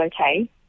okay